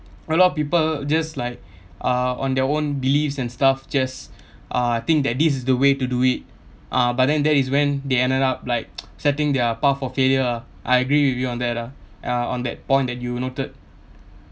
a lot of people just like uh on their own beliefs and stuff just uh think that this is the way to do it uh but then that is when they ended up like setting their path for failure ah I agree with you on that lah ya on that point that you noted